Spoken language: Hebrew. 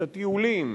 את הטיולים,